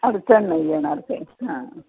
अडचण नाही येणार तेच हां